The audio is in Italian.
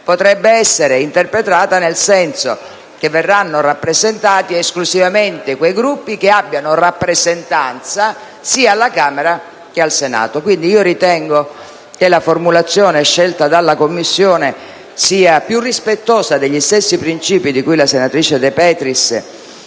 potrebbe essere interpretato nel senso che verranno rappresentati esclusivamente quei Gruppi che abbiano rappresentanza sia alla Camera che al Senato. Ritengo, quindi, che la formulazione scelta dalla Commissione sia più rispettosa degli stessi principi di cui la senatrice De Petris